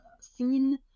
scene